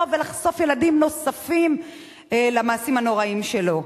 ולחשוף ילדים נוספים למעשים הנוראים שלו.